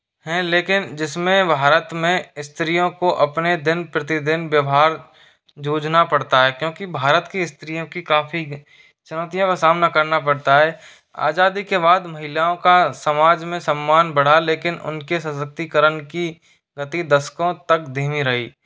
हैं लेकिन जिसमें भारत में स्त्रियों को अपने दिन प्रतिदिन व्यवहार जूझना पड़ता है क्योंकि भारत की स्त्रियों की काफ़ी चुनौतियों का सामना करना पड़ता है आज़ादी के बाद महिलाओं का समाज में सम्मान बढ़ा लेकिन उनके सशक्तीकरण की गति दसकों तक धीमी रही